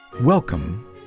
Welcome